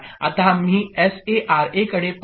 आता आम्ही SA RA कडे पाहू